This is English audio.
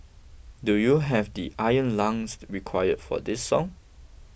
do you have the iron lungs required for this song